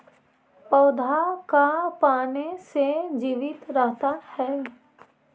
पौधा का पाने से जीवित रहता है?